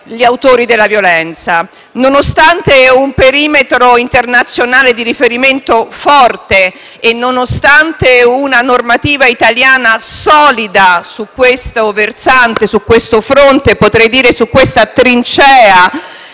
gli autori della violenza. Nonostante vi sia un perimetro internazionale di riferimento forte e una normativa italiana solida su questo versante, su questo fronte (e potrei dire su questa trincea),